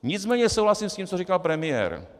Nicméně souhlasím s tím, co říkal premiér.